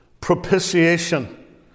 propitiation